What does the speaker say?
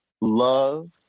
love